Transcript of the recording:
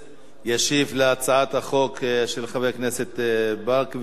על הצעת החוק של חבר הכנסת ברכה וקבוצת חברים.